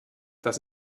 das